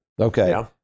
Okay